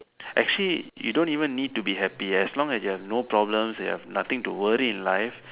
actually you don't even need to be happy as long as you have no problems you have nothing to worry in life